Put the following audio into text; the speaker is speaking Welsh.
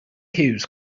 hughes